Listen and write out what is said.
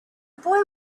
boy